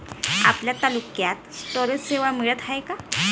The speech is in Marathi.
आपल्या तालुक्यात स्टोरेज सेवा मिळत हाये का?